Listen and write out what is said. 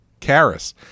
Karis